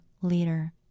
leader